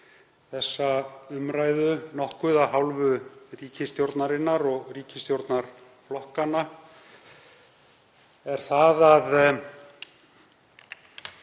þessa umræðu nokkuð af hálfu ríkisstjórnarinnar og ríkisstjórnarflokkanna er að það